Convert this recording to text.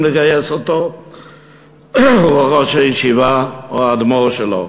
לגייס הוא ראש הישיבה או האדמו"ר שלו.